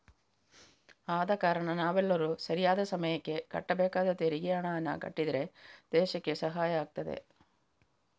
ಆದ ಕಾರಣ ನಾವೆಲ್ಲರೂ ಸರಿಯಾದ ಸಮಯಕ್ಕೆ ಕಟ್ಟಬೇಕಾದ ತೆರಿಗೆ ಹಣಾನ ಕಟ್ಟಿದ್ರೆ ದೇಶಕ್ಕೆ ಸಹಾಯ ಆಗ್ತದೆ